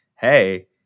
Hey